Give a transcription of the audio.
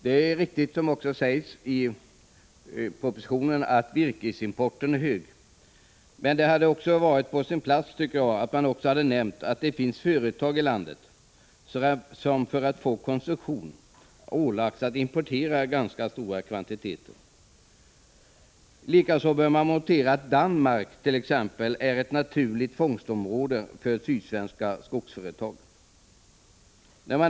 Det är riktigt, som sägs i propositionen, att virkesimporten är hög, men det hade varit på sin plats om regeringen också hade nämnt att det finns företag i landet som för att få koncession har ålagts att importera ganska stora kvantiteter. Likaså bör noteras att t.ex. Danmark är ett naturligt fångstområde för sydsvenska skogsföretag.